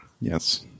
Yes